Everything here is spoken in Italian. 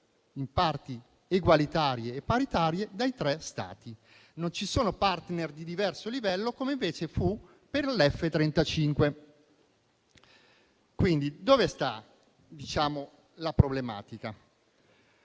in parti egualitarie e paritarie dai tre Stati citati; non ci sono *partner* di diverso livello, come invece fu per l'F-35. Dove sta la problematica?